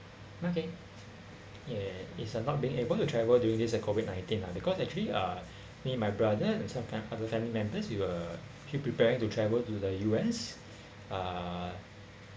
okay ya it's uh not being able to travel during this uh COVID nineteen lah because actually uh me my brother and some of other family members we were preparing to travel to the U_S uh